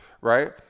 right